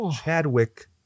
Chadwick